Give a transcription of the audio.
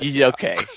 Okay